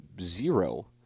zero –